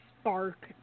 spark